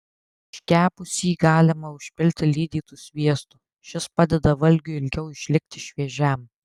iškepusį galima užpilti lydytu sviestu šis padeda valgiui ilgiau išlikti šviežiam